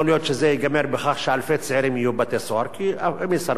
יכול להיות שזה ייגמר בכך שאלפי צעירים יהיו בבתי-סוהר כי הם יסרבו.